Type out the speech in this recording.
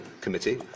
committee